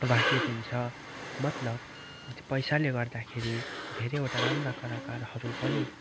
बाहिरिन्छ मतलब पैसाले गर्दाखेरि धेरैवोटा राम्रा कलाकारहरू पनि